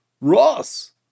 Ross